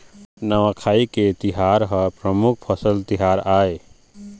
नवाखाई के तिहार ह परमुख फसल तिहार आय